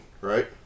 right